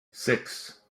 six